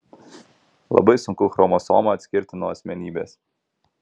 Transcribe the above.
labai sunku chromosomą atskirti nuo asmenybės